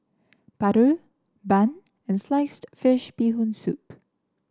Paru Bun and Sliced Fish Bee Hoon Soup